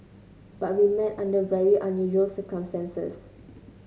but we met under very unusual circumstances